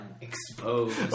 exposed